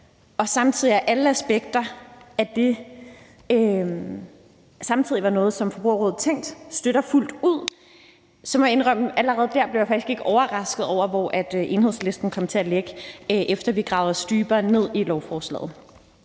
at samtlige aspekter af det er noget, som Forbrugerrådet Tænk støtter fuldt ud, må jeg indrømme, at jeg allerede der faktisk ikke blev overrasket over, hvor Enhedslisten kom til at ligge, efter at vi gravede os dybere med i lovforslaget.